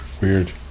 Weird